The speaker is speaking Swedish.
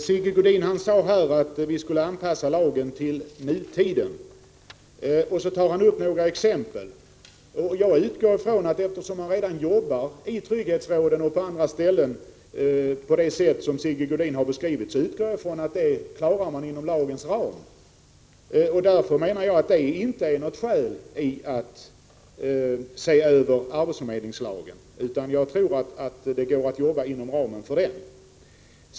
Herr talman! Sigge Godin sade att vi måste anpassa lagen till nutiden, och han gav några exempel på hur det skulle kunna ske. Men eftersom man både i trygghetsrådet och på andra håll redan arbetar på det sätt som Sigge Godin har beskrivit utgår jag ifrån att man klarar att göra den anpassningen inom lagens ram. Jag menar att det därför inte finns skäl att se över arbetsförmedlingslagen utan att det går att arbeta inom ramen för den.